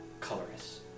colorless